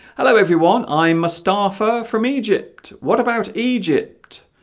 hello everyone i'm mustafa from egypt what about egypt